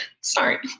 sorry